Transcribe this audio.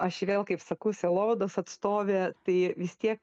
aš vėl kaip sakau sielovados atstovė tai vis tiek